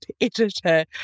editor